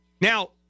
Now